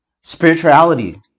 spirituality